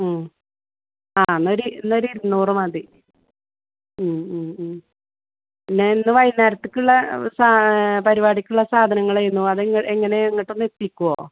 ആ എന്നാൽ ഒരു എന്നാഒരെ ഇരുന്നൂറ് മതി ഞാനിന്ന് വൈകുന്നേരത്തേക്കുള്ള സ പരിപാടിക്കുള്ള സാധനങ്ങളായിരുന്നു അതെങ്ങനെ എങ്ങനെ ഇങ്ങോട്ടൊന്നെത്തിക്കുവോ